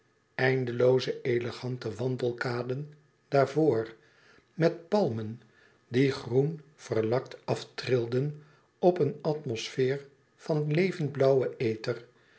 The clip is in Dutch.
eindelooze elegante wandelkaden daarvoor met palmen die groen verlakt aftrilden op een atmosfeer van levend blauwen ether